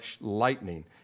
lightning